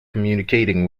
communicating